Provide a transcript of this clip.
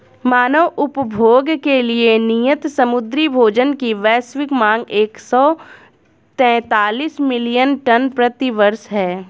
मानव उपभोग के लिए नियत समुद्री भोजन की वैश्विक मांग एक सौ तैंतालीस मिलियन टन प्रति वर्ष है